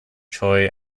choi